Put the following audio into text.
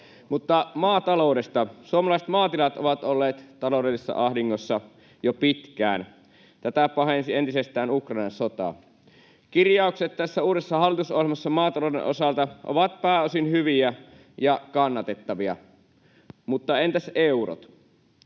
on!] Maataloudesta: Suomalaiset maatilat ovat olleet taloudellisessa ahdingossa jo pitkään. Tätä pahensi entisestään Ukrainan sota. Kirjaukset tässä uudessa hallitusohjelmassa maatalouden osalta ovat pääosin hyviä ja kannatettavia, mutta entäs eurot?